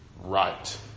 right